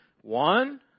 One